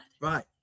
Right